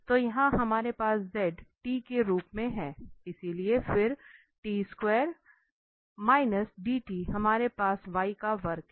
तो यहां हमारे पास z t के रूप में है इसलिए फिर हमारे पास y का वर्ग है